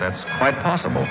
that's quite possible